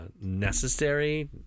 necessary